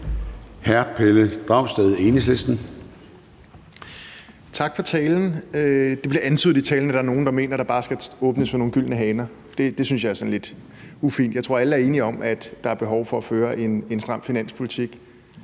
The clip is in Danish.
09:21 Pelle Dragsted (EL): Tak for talen. Det blev antydet i talen, at der er nogen, der mener, at der bare skal åbnes for nogle gyldne haner. Det synes jeg er sådan lidt ufint. Jeg tror, alle er enige om, at der er behov for at føre en stram finanspolitik.